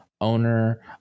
owner